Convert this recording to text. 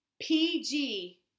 PG